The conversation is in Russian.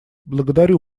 благодарю